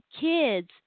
kids